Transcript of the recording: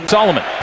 Solomon